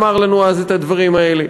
אמר לנו אז את הדברים האלה,